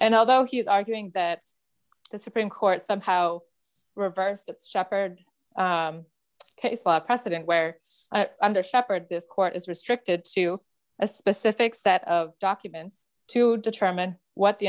and although he is arguing that the supreme court somehow reversed its sheppard case law precedent where under shepherd this court is restricted to a specific set of documents to determine what the